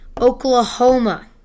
Oklahoma